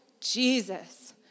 Jesus